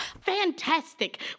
Fantastic